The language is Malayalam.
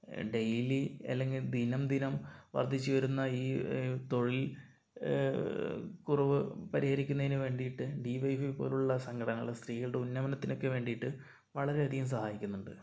ഡെയിലി അല്ലെങ്കിൽ ദിനം ദിനം വർധിച്ച് വരുന്ന ഈ തൊഴിൽ കുറവ് പരിഹരിക്കുന്നതിന് വേണ്ടിയിട്ട് ഡി വൈ എഫ് ഐ പോലുള്ള സംഘടനകൾ സ്ത്രീകളുടെ ഉന്നമനത്തിനൊക്കെ വേണ്ടിയിട്ട് വളരെ അധികം സഹായിക്കുന്നുണ്ട്